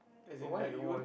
as in life you'll